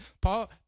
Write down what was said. Paul